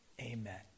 Amen